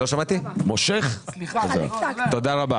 תודה רבה.